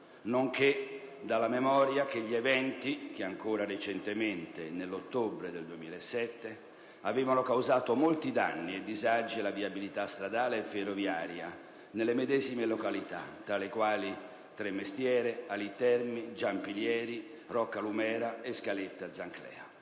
nonché dalla memoria che gli eventi, che ancora recentemente, nell'ottobre del 2007, avevano causato molti danni e disagi alla viabilità stradale e ferroviaria nelle medesime località, tra le quali Tremestieri Etneo, Alì Terme, Giampilieri, Roccalumera e Scaletta Zanclea.